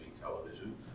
television